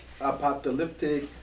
Apocalyptic